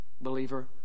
believer